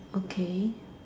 okay